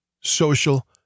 social